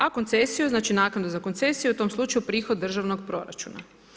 A koncesiju, znači naknadu za koncesiju u tom slučaju prihod od državnog proračuna.